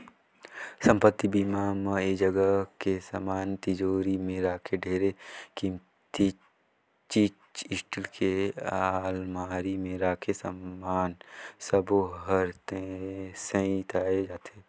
संपत्ति बीमा म ऐ जगह के समान तिजोरी मे राखे ढेरे किमती चीच स्टील के अलमारी मे राखे समान सबो हर सेंइताए जाथे